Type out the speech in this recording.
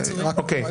אוקיי.